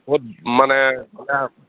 বহুত মানে